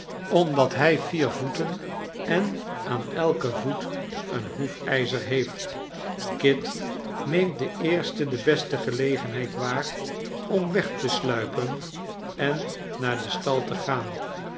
omdat hij vier voeten en aan elken voet een hoefijzer heeft kit neemt de eerste de beste gelegenheid waar om weg te sluipen en naar den stal te gaan